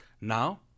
now